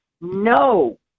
No